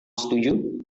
setuju